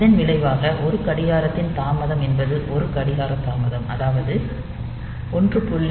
இதன் விளைவாக 1 கடிகாரத்தின் தாமதம் என்பது 1 கடிகார காலம் அதாவது 1